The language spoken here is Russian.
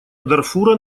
дарфура